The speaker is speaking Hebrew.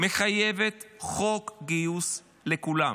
מחייבת חוק גיוס לכולם.